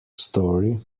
story